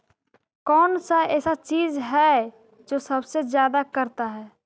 कौन सा ऐसा चीज है जो सबसे ज्यादा करता है?